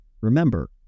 Remember